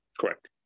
Correct